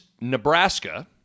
Nebraska